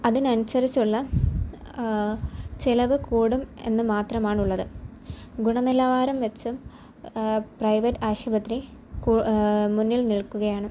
അതിനനുസരിച്ചുള്ള ചിലവു കൂടും എന്നു മാത്രമാണുള്ളത് ഗുണനിലവാരം മെച്ചം പ്രൈവറ്റ് ആശുപത്രി കു മുന്നിൽ നിൽക്കുകയാണ്